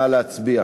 נא להצביע.